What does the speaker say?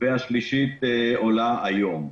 והשלישית עולה היום.